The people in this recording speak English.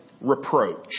reproach